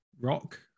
rock